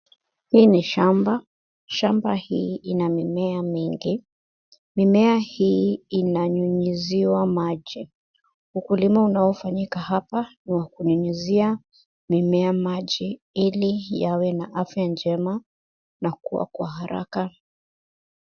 Hii ni shamba. Shamba hii ina mimea mingi .Mimea hii inanyunyiziwa maji. Ukulima unaofanyika hapa ni wa kunyunyizia mimea maji ili yawe na afya njema na kukua kwa haraka.